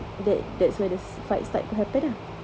that that's when the side start to happen ah